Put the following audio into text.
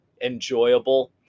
enjoyable